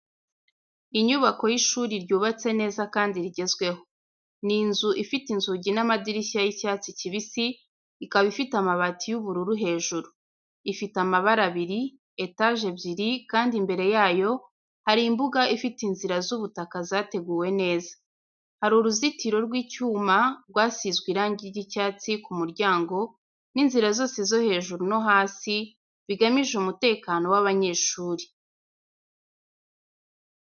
Inyubako y’ishuri ryubatse neza kandi rigezweho. Ni inzu ifite inzugi n'amadirishya y’icyatsi kibisi, ikaba ifite amabati y’ubururu hejuru. Ifite amabara abiri, etage ebyiri kandi imbere yayo hari imbuga ifite inzira z’ubutaka zateguwe neza. Hari uruzitiro rw’icyuma rwasizwe irangi ry’icyatsi ku muryango n’inzira zose zo hejuru no hasi, bigamije umutekano w’abanyeshuri.